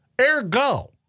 ergo